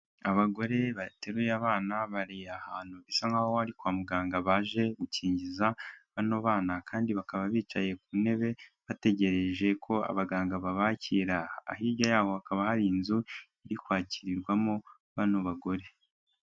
Abagore bateruye abana bari ahantu bisa nkaho ari kwa muganga baje gukingiza bano bana kandi bakaba bicaye ku ntebe bategereje ko abaganga babakira, hirya yaho hakaba hari inzu iri kwakirwamo bano bagore.